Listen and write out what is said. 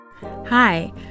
Hi